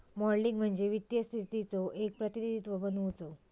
modelling म्हणजे वित्तीय स्थितीचो एक प्रतिनिधित्व बनवुचा